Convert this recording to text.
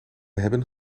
hebben